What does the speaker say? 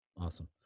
Awesome